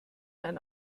ein